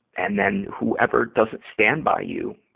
and then, whoever doesn't stand by you,